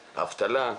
אבטלה.,